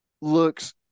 looks